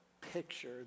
picture